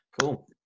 Cool